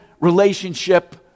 relationship